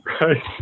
Right